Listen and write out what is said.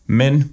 men